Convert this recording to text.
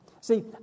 See